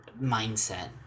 mindset